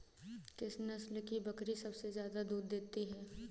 किस नस्ल की बकरी सबसे ज्यादा दूध देती है?